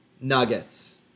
nuggets